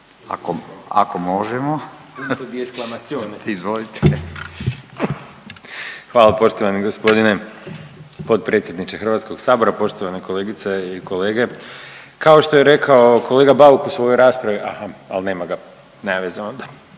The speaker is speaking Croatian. Hvala poštovani gospodine potpredsjedniče Hrvatskog sabora, poštovane kolegice i kolege. Kao što je rekao kolega Bauk u svojoj raspravi, aha ali nema ga, nema ga,